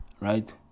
right